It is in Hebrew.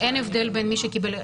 אין הבדל בין מי שקיבל מנה,